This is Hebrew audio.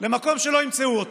למקום שלא ימצאו אותו.